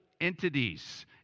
entities